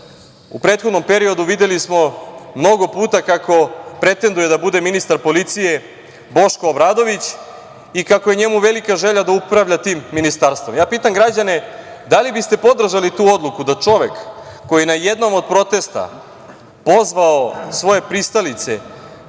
u prethodnom periodu, videli smo mnogo puta kako pretenduje da bude ministar policije Boško Obradović i kako je njemu velika želja da upravlja tim ministarstvom. Pitam građane, da li biste podržali tu odluku da čovek koji je na jednom od protesta pozvao svoje pristalice